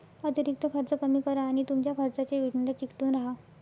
अतिरिक्त खर्च कमी करा आणि तुमच्या खर्चाच्या योजनेला चिकटून राहा